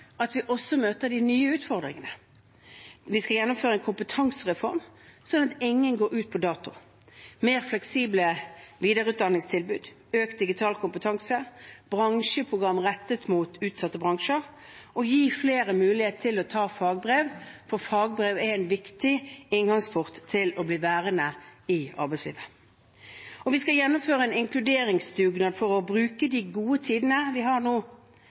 at vi møter de nye utfordringene. Vi skal gjennomføre en kompetansereform, sånn at ingen går ut på dato, med mer fleksible videreutdanningstilbud, økt digital kompetanse, bransjeprogram rettet mot utsatte bransjer og gi flere mulighet til å ta fagbrev, for fagbrev er en viktig inngangsport til å bli værende i arbeidslivet. Vi skal gjennomføre en inkluderingsdugnad for å bruke de gode tidene vi har nå